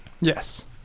Yes